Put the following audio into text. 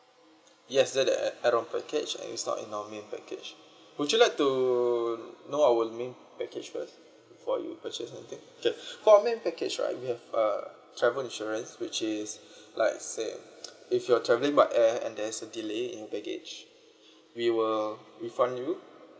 yes that add add on package and it's not in our main package would you like to know our main package first before you purchase anything K for our main package right we have a travel insurance which is like say if you're travelling by air and there's a delay in baggage we will refund you